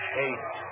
hate